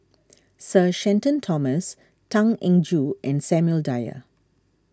Sir Shenton Thomas Tan Eng Joo and Samuel Dyer